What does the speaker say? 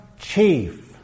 chief